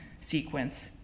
sequence